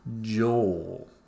Joel